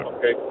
Okay